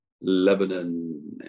Lebanon